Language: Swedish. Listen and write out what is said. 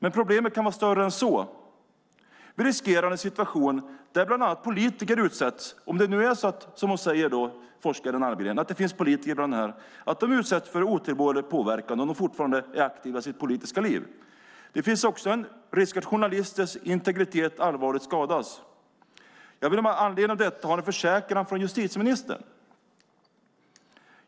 Men problemet kan vara större än så. Vi riskerar en situation där bland annat politiker utsätts - om det nu är så, som forskaren Almgren säger, att det finns politiker bland dem - för otillbörlig påverkan om de fortfarande är aktiva i sitt politiska liv. Det finns också en risk att journalisters integritet allvarligt skadas. Jag vill med anledning av detta ha en försäkran från justitieministern.